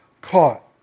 caught